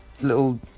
little